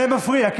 זה מפריע.